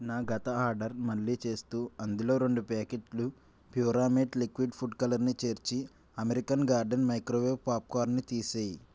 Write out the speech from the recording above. నా గత ఆర్డర్ మళ్ళీ చేస్తూ అందులో రెండు ప్యాకెట్లు ప్యూరామేట్ లిక్విడ్ ఫుడ్ కలర్ని చేర్చి అమెరికన్ గార్డెన్ మైక్రోవేవ్ పాప్ కార్న్ని తీసేయ్